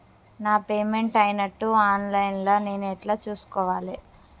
నా పేమెంట్ అయినట్టు online లా నేను ఎట్ల చూస్కోవాలే?